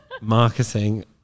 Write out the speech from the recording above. Marketing